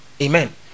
amen